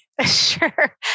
Sure